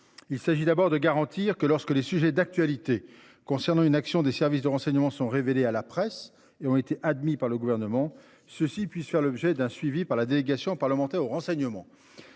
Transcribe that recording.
Il s'agit d'abord de garantir que lorsque les sujets d'actualité concernant une action des services de renseignement sont révélés à la presse et ont été admis par le gouvernement ceci puisse faire l'objet d'un suivi par la délégation parlementaire au renseignement.